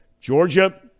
Georgia